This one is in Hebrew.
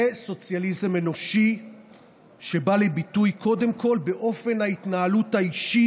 זה סוציאליזם אנושי שבא לידי ביטוי קודם כול באופן ההתנהלות האישי